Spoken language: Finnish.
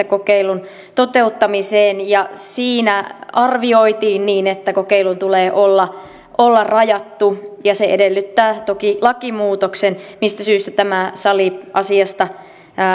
kokeilun toteuttamiseen siinä arvioitiin niin että kokeilun tulee olla olla rajattu ja se edellyttää toki lakimuutoksen mistä syystä tämä sali asiasta